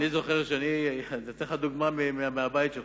אני אתן לך דוגמה מהבית שלך,